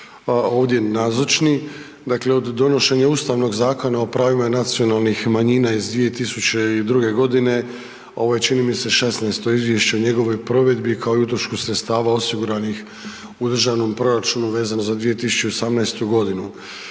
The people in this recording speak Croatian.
ovdje nazočni. Dakle, od donošenja Ustavnog zakona o pravima nacionalnih manjina iz 2002. g., ovo je čini mi se, 16. Izvješće o njegovoj provedbi kao i utrošku sredstava osiguranih u državnom proračunu, vezano za 2018. g.